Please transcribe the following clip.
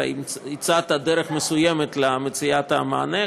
אתה הצעת דרך מסוימת למציאת המענה,